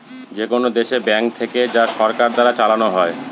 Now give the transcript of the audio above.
যেকোনো দেশে ব্যাঙ্ক থাকে যা সরকার দ্বারা চালানো হয়